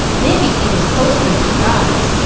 may be he was postman to the gods,